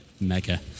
Mega